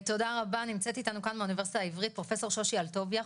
נמצאת אתנו מהאוניברסיטה העברית פרופ' שושי אלטוביה,